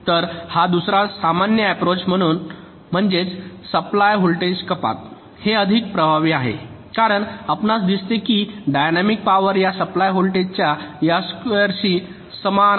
तर हा दुसरा सामान्यअप्रोच म्हणजे सप्लाय व्होल्टेज कपात हे अधिक प्रभावी आहे कारण आपणास दिसते की डायनॅमिक पॉवर या सप्लाय व्होल्टेजच्या या स्क्युअर शी समान आहे